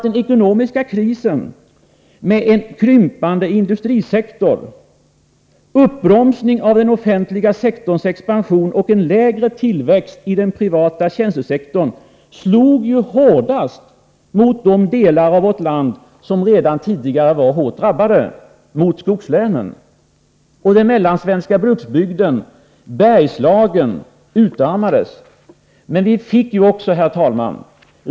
Den ekonomiska krisen — med en krympande industrisektor, uppbromsning av den offentliga sektorns expansion och en lägre tillväxttakt i den privata tjänstesektorn — slog hårdast mot de delar av vårt land som redan tidigare var hårt drabbade, mot skogslänen. Den mellansvenska bruksbygden, Bergslagen, utarmades.